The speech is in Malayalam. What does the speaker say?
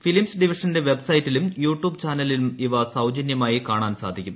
ഫിലിംസ് ഡിവിഷന്റെ വെബ്സൈറ്റിലും യൂ ട്യൂബ് ചാനലിലും ഇവ സൌജന്യമായി കാണാൻ സാധിക്കും